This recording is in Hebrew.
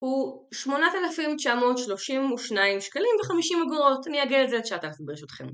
הוא 8,932 שקלים ו-50 אגורות, אני אעגל את זה לתשעת-אלפים ברשותכם